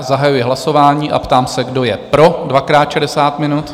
Zahajuji hlasování a ptám se, kdo je pro dvakrát 60 minut.